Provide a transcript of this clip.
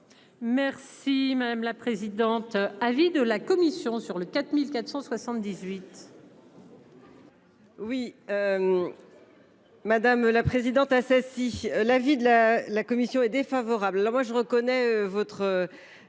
Merci madame la présidente, avis de la commission sur le 4478. Oui. Madame la présidente Assassi. La vie de la. La commission est défavorable. Là moi je reconnais votre.